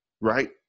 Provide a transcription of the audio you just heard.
right